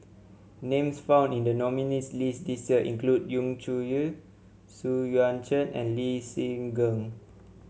names found in the nominees' list this year include Yu Zhuye Xu Yuan Zhen and Lee Seng Gee